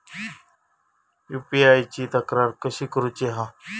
UPI ची तक्रार कशी करुची हा?